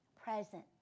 present